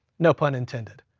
no pun intended.